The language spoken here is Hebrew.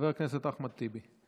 חבר הכנסת אחמד טיבי,